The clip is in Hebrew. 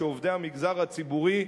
שעובדי המגזר הציבורי,